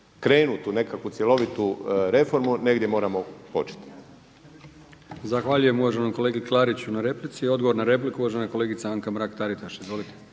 krenuti u nekakvu cjelovitu reformu negdje moramo početi.